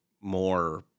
more